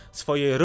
swoje